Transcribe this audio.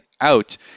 out